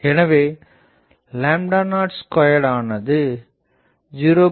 எனவே 02 ஆனது 0